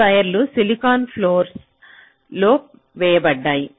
ఈ వైర్లు silicon floor లో వేయబడ్డాయి